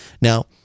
now